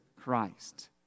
Christ